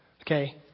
Okay